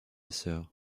sœur